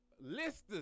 Listers